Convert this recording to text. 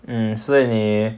mm 所以你